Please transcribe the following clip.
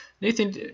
Nathan